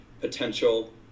potential